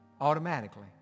automatically